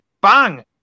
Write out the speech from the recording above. bang